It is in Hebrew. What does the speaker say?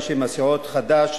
בשם הסיעות חד"ש,